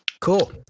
Cool